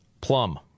Plum